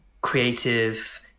creative